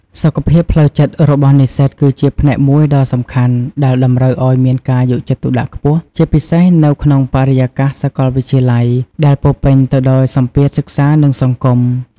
សុខភាពផ្លូវចិត្តរបស់និស្សិតគឺជាផ្នែកមួយដ៏សំខាន់ដែលតម្រូវឱ្យមានការយកចិត្តទុកដាក់ខ្ពស់ ជាពិសេសនៅក្នុងបរិយាកាសសាកលវិទ្យាល័យដែលពោរពេញទៅដោយសម្ពាធសិក្សា និងសង្គម។